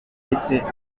abantu